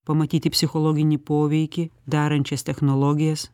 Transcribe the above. pamatyti psichologinį poveikį darančias technologijas